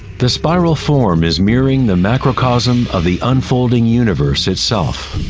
the spiral form is mirroring the macrocosm of the unfolding universe itself.